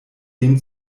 dem